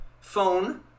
phone